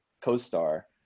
co-star